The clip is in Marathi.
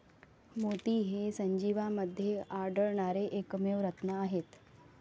मोती हे सजीवांमध्ये आढळणारे एकमेव रत्न आहेत